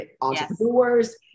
entrepreneurs